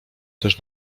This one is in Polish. też